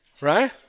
right